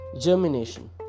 germination